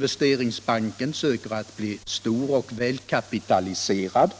PK-banken försöker att bli stor och välkapitaliserad,